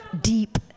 deep